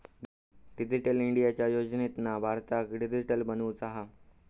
digital इंडियाच्या योजनेतना भारताक डीजिटली बनवुचा हा